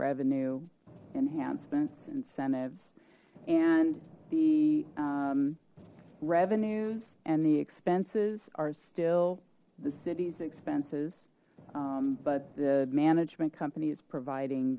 revenue enhancements incentives and the revenues and the expenses are still the city's expenses but the management company is providing